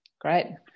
Great